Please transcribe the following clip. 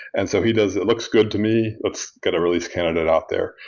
and so he does, it looks good to me. let's get a release candidate out there.